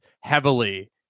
heavily